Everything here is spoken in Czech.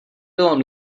bylo